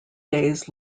days